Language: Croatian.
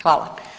Hvala.